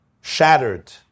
shattered